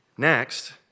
Next